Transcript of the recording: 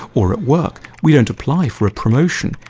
or at work, we don't apply for a promotion,